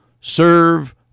serve